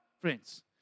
friends